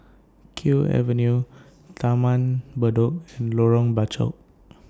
Kew Avenue Taman Bedok and Lorong Bachok